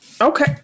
Okay